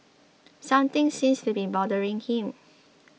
something seems to be bothering him